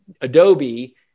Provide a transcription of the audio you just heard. Adobe